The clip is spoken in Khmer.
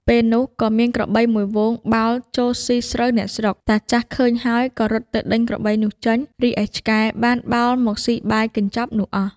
ពេលនោះ ក៏មានក្របីមួយហ្វូងបោលចូលស៊ីស្រូវអ្នកស្រុក តាចាស់ឃើញហើយក៏រត់ទៅដេញក្របីនោះចេញ រីឯឆ្កែបានបោលមកស៊ីបាយកញ្ចប់នោះអស់។